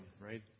right